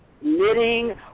knitting